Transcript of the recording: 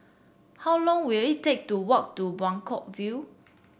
how long will it take to walk to Buangkok View